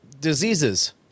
diseases